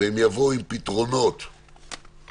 והם יבואו עם פתרונות פיזיים,